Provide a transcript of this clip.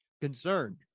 concerned